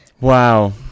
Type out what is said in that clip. Wow